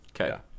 Okay